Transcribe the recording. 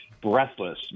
breathless